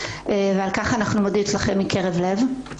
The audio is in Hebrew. ועל כך אנחנו מודים לכם מקרב לב.